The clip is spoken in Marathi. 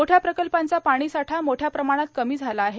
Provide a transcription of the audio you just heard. मोठ्या प्रकल्पांचा पाणीसाठा मोठ्या प्रमाणात कमी झाला आहे